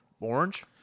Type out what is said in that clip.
orange